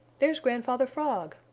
there's grandfather frog!